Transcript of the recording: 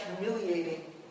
humiliating